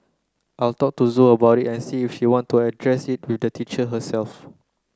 I'll talk to Zoe about it and see if she wants to address it with the teacher herself